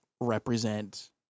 represent